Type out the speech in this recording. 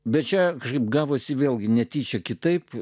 bet čia kažkaip gavosi vėlgi netyčia kitaip